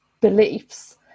beliefs